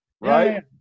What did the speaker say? right